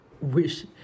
wish